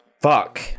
fuck